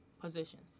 positions